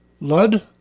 Lud